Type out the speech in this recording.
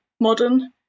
modern